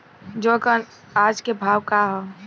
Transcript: जौ क आज के भाव का ह?